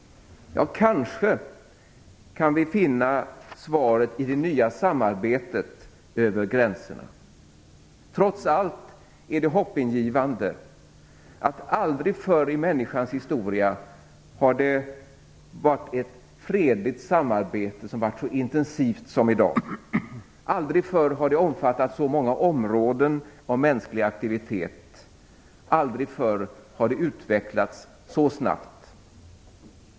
Ja, kanske kan vi finna svaret i det nya samarbetet över gränserna. Trots allt är det hoppingivande att det fredliga samarbetet aldrig förr i människans historia har varit så intensivt som i dag. Aldrig förr har det omfattat så många områden av mänsklig aktivitet. Aldrig förr har det utvecklats så snabbt.